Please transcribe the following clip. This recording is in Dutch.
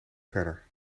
verder